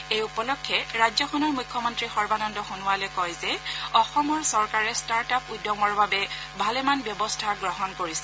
এই উপলক্ষে ৰাজ্যখনৰ মুখ্যমন্ত্ৰী সৰ্বানন্দ সোণোৱালে কয় যে অসমৰ চৰকাৰে ষ্টাৰ্টআপ উদ্যমৰ বাবে ভালেমান ব্যৱস্থা গ্ৰহণ কৰিছে